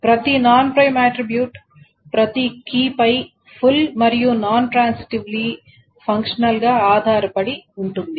ప్రతి non prime attribute ప్రతి key పై ఫుల్ మరియు నాన్ ట్రాన్సిటివ్లీ ఫంక్షనల్ గా ఆధారపడి ఉంటుంది